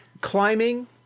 Climbing